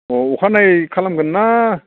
अह अखानायै खालामगोन ना